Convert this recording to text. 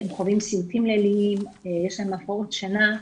הם חווים סיוטים ליליים, יש להם הפרעות שינה,